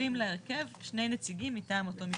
מצטרפים להרכב שני נציגים מטעם אותו משרד.